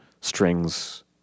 strings